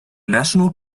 national